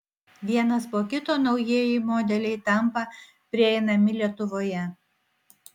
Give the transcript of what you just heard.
vienas po kito naujieji modeliai tampa prieinami lietuvoje